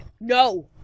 No